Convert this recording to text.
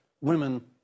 women